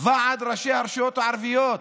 ועד ראשי הרשויות הערביות,